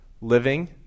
living